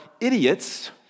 idiots